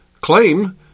claim